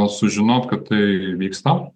sužinot kad tai vyksta